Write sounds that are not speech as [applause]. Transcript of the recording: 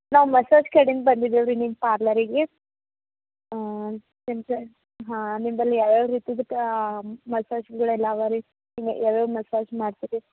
ನಾವು ಮಸಾಜ್ ಕಡಿಂದ ಬಂದಿದಿವಿ ರೀ ನಿಮ್ಮ ಪಾರ್ಲರಿಗೆ [unintelligible] ಹಾಂ ನಿಮ್ಮಲ್ಲಿ ಯಾವ ಯಾವ ರೀತಿದು ಮಸಾಜುಗಳೆಲ್ಲ ಅವೆ ರೀ ಇಲ್ಲಿ ಯಾವ ಯಾವ ಮಸಾಜ್ ಮಾಡ್ತೀರಿ